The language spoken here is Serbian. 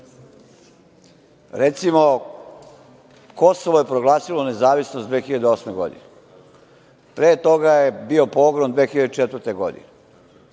recimo, Kosovo je proglasilo nezavisnost 2008. godine, pre toga je bio pogrom 2004. godine